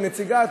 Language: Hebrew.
או נציגה,